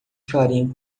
farinha